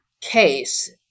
case